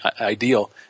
ideal